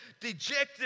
dejected